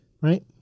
right